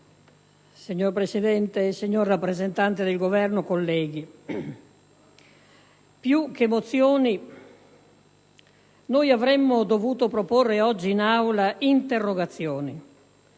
Signor Presidente, signor rappresentante del Governo, onorevoli colleghi, più che mozioni noi avremmo dovuto proporre oggi in Aula interrogazioni,